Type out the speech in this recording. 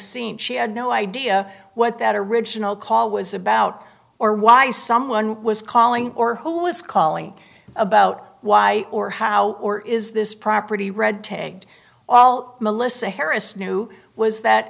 scene she had no idea what that original call was about or why someone was calling or who was calling about why or how or is this property red tagged all melissa harris knew was that